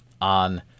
on